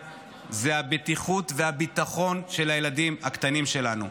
הוא הבטיחות והביטחון של הילדים הקטנים שלנו.